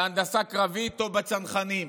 בהנדסה קרבית או בצנחנים.